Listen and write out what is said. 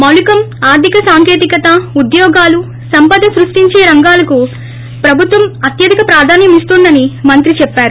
మౌలికం ఆర్గిక సాంకేతికత ఉద్యోగాలు సంపద సృష్టించే రంగాలకు ప్రభుత్వం అత్యధిక ప్రాధాన్యం ఇస్తోందని మంత్రి చెప్పారు